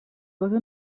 cosa